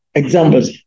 examples